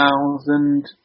thousand